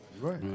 Right